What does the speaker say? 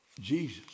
Jesus